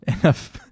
enough